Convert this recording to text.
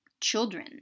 Children